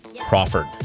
Crawford